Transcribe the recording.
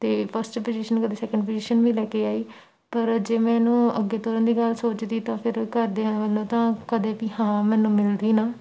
ਅਤੇ first position ਕਦੇ second position ਵੀ ਲੈ ਕੇ ਆਈ ਪਰ ਜੇ ਮੈਨੂੰ ਅੱਗੇ ਤੋਰਨ ਦੀ ਗੱਲ ਸੋਚਦੀ ਤਾਂ ਫਿਰ ਘਰਦਿਆਂ ਵੱਲੋਂ ਤਾਂ ਕਦੇ ਵੀ ਹਾਂ ਮੈਨੂੰ ਮਿਲਦੀ ਨਾ